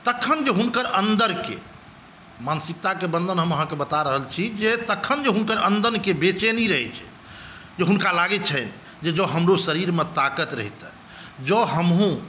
तखन जे हुनकर अन्दरके मानसिकताके बंधन हम अहाँकेँ बता रहल छी जे तखन जे हुनकर अन्दरके बेचैनी रहै छै जे हुनका लागै छनि जे जँ हमरो शरीरमे ताकत रहितै जँ हमहूँ